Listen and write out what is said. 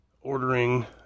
ordering